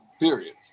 period